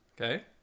okay